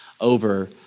over